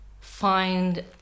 find